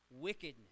wickedness